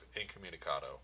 incommunicado